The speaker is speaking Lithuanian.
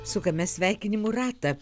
sukame sveikinimų ratą